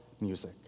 music